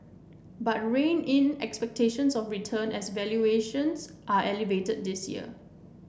but rein in expectations of returns as valuations are elevated this year